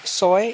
ছয়